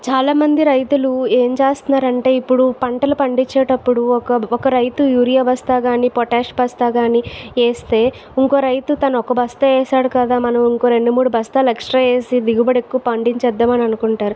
చాలా మంది రైతులు ఏం చేస్తున్నారంటే ఇప్పుడు పంటలు పండించేటప్పుడు ఒక ఒక రైతు యూరియా బస్తా గాని పొటాష్ బస్తా గాని వేస్తే ఇంకో రైతు తను ఒక బస్తా వేసాడు కదా మనం ఇంకో రెండు మూడు బస్తాలు ఎక్స్ట్రా వేసి దిగుబడి ఎక్కువ పండించేద్దామని అనుకుంటారు